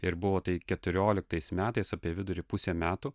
ir buvo tai keturioliktais metais apie vidurį pusę metų